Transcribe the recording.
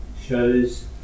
shows